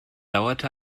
dauerte